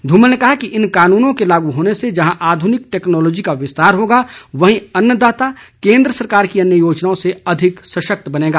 धूमल ने कहा है कि इन कानूनों के लागू होने से जहां आधूनिक टेकनोलॉजी का विस्तार होगा वहीं अन्नदाता केंद्र सरकार की अन्य योजनाओं से अधिक सशक्त बनेगा